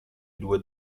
due